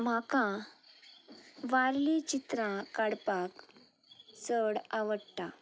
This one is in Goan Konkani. म्हाका वारली चित्रां काडपाक चड आवडटा